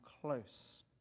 close